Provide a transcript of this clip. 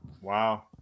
Wow